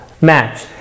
match